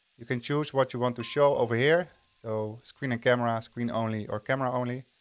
you can choose what you want to show over here. so screen and camera, screen only or camera only.